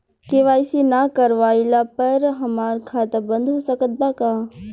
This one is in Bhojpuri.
के.वाइ.सी ना करवाइला पर हमार खाता बंद हो सकत बा का?